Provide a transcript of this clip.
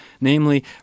namely